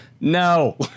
no